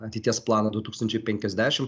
ateities plano du tūkstančiai penkiasdešimt